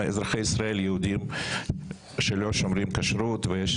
אזרחי ישראל יהודים שלא שומרים כשרות ויש